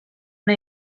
una